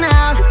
out